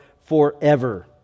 forever